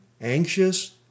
anxious